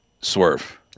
Swerve